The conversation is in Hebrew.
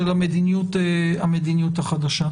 של המדיניות החדשה.